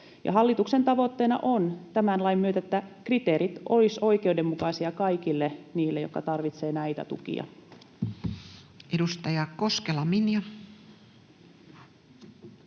hallituksen tavoitteena on tämän lain myötä, että kriteerit olisivat oikeudenmukaisia kaikille niille, jotka tarvitsevat näitä tukia. [Speech 88]